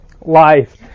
life